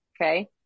Okay